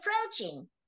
approaching